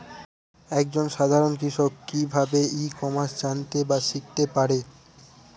এক জন সাধারন কৃষক কি ভাবে ই কমার্সে জানতে বা শিক্ষতে পারে?